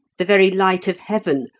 the very light of heaven,